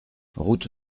route